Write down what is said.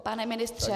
Pane ministře.